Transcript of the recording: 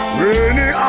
rainy